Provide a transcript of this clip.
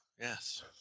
Yes